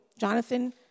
Jonathan